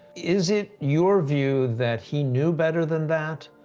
is it your view that he knew better than that,